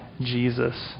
Jesus